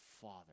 father